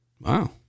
wow